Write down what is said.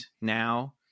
now